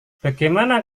bagaimana